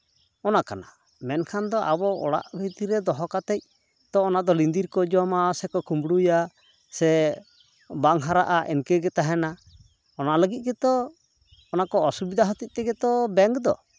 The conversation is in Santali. ᱚᱱᱟ ᱠᱟᱱᱟ ᱢᱮᱱᱠᱷᱟᱱ ᱫᱚ ᱟᱵᱚ ᱚᱲᱟᱜ ᱵᱷᱤᱛᱤᱨ ᱨᱮ ᱫᱚᱦᱚ ᱠᱟᱛᱮ ᱛᱚ ᱚᱱᱟ ᱫᱚ ᱧᱤᱫᱤᱨ ᱠᱚ ᱡᱚᱢᱟ ᱥᱮᱠᱚ ᱠᱩᱢᱵᱲᱩᱭᱟ ᱥᱮ ᱵᱟᱝ ᱦᱟᱨᱟᱜᱼᱟ ᱤᱱᱠᱟᱹᱜᱮ ᱛᱟᱦᱮᱱᱟ ᱚᱱᱟ ᱞᱟᱹᱜᱤᱫ ᱜᱮᱛᱚ ᱚᱱᱟᱠᱚ ᱚᱥᱩᱵᱤᱫᱟ ᱦᱟᱛᱮᱡ ᱜᱮᱛᱚ ᱵᱮᱝᱠ ᱫᱚ